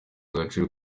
agaciro